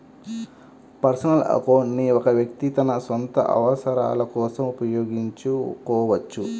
personal account ని ఒక వ్యక్తి తన సొంత అవసరాల కోసం ఉపయోగించుకోవచ్చు